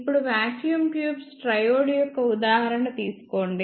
ఇప్పుడు vacuum tube triode యొక్క ఉదాహరణ తీసుకోండి